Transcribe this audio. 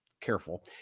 Careful